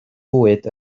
fwyd